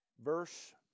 verse